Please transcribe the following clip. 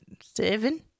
seven